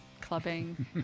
clubbing